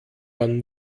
man